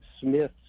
Smith